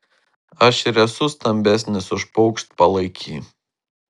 aš ir esu stambesnis už paukštpalaikį